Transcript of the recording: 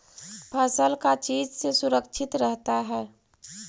फसल का चीज से सुरक्षित रहता है?